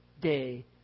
day